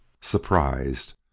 Surprised